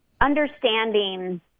understanding